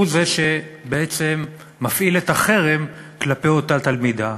זה שמפעיל את החרם כלפי אותה תלמידה?